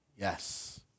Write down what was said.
Yes